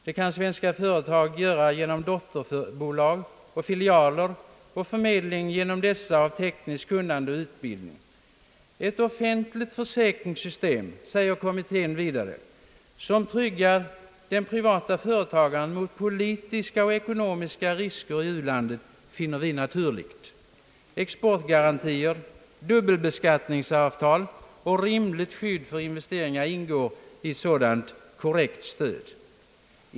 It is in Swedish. Det kan svenska företag göra genom dotterbolag och filialer och förmedling genom dessa av tekniskt kunnande och utbildning.» »Ett offentligt försäkringssystem», säger kommittén vidare, »som tryggar den privata företagaren mot politiska och ekonomiska risker i ulandet, finner vi naturligt. Exportgarantier, dubbelbeskattningsavtal och rimligt skydd för investeringar ingår i ett sådant korrekt stöd.